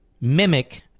mimic